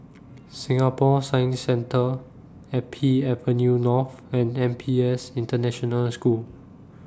Singapore Science Centre Happy Avenue North and N P S International School